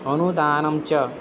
अनुदानं च